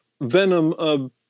venom